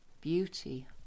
beauty